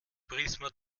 prisma